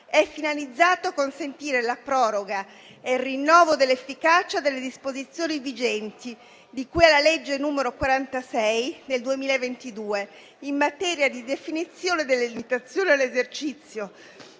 è finalizzato a consentire la proroga e il rinnovo dell'efficacia delle disposizioni vigenti di cui alla legge n. 46 del 2022, in materia di definizione delle limitazioni all'esercizio